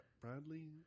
Bradley